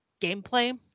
gameplay